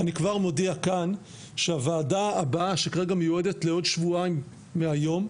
אני כבר מודיע כאן שהוועדה הבאה שכרגע מיועדת לעוד שבועיים מהיום,